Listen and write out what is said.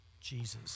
Jesus